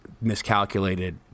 miscalculated